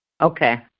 okay